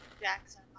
Jackson